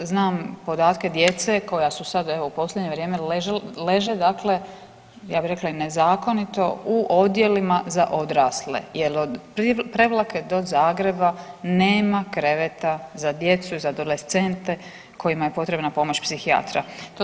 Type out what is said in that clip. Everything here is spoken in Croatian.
Znam podatke djece koja su sad evo u posljednje vrijeme leže dakle, ja bi rekla i nezakonito u odjelima za odrasle jel od Prevlake do Zagreba nema kreveta za djecu i za adolescente kojima je potrebna pomoć psihijatra.